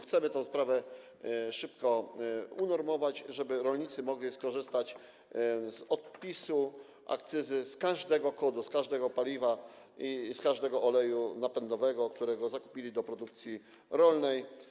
Chcemy tę sprawę szybko unormować, żeby rolnicy mogli skorzystać z odpisu akcyzy z każdego kodu, z każdego paliwa i z każdego oleju napędowego, który zakupili do produkcji rolnej.